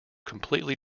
completely